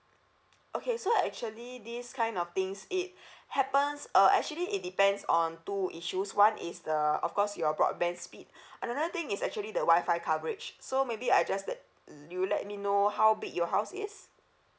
okay so actually these kind of things it happens uh actually it depends on two issues one is the of course your broadband speed and another thing is actually the wi-fi coverage so maybe I just let you let me know how big your house is